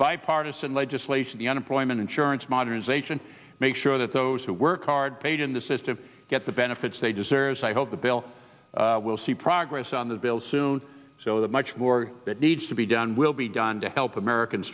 bipartisan legislation the unemployment insurance modernization make sure that those who work hard paid in the system get the benefits they deserve and i hope the bill will see progress on this bill soon so that much more that needs to be done will be done to help american